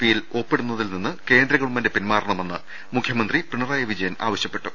പിയിൽ ഒപ്പിടുന്നതിൽ നിന്ന് കേന്ദ്ര ഗവൺമെന്റ് പിൻമാ റണമെന്ന് മുഖ്യമന്ത്രി പിണറായി വിജയൻ ആവശ്യപ്പെ ട്ടു